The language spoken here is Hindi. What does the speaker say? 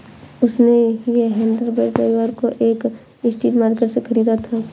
उसने ये हेयरबैंड रविवार को एक स्ट्रीट मार्केट से खरीदा था